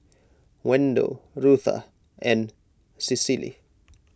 Wendel Rutha and Cicely